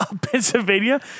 Pennsylvania